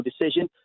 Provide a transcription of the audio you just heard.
decision